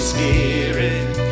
Spirit